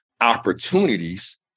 opportunities